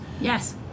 Yes